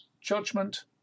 judgment